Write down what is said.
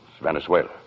Venezuela